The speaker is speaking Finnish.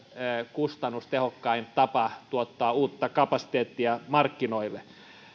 kustannustehokkain tapa tuottaa uutta kapasiteettia markkinoille